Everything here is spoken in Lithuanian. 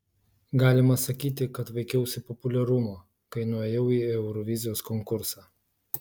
galima sakyti kad vaikiausi populiarumo kai nuėjau į eurovizijos konkursą